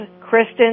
Kristen